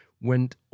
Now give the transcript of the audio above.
went